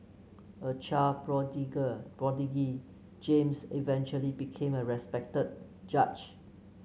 a child prodigy James eventually became a respected judge